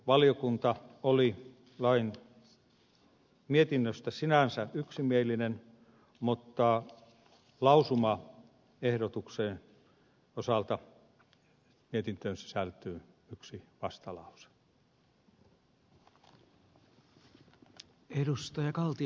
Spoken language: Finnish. valiokunta oli mietinnöstä sinänsä yksimielinen mutta lausumaehdotuksen osalta mietintöön sisältyy yksi vastalause